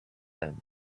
him